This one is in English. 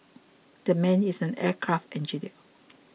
that man is an aircraft engineer